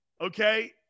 Okay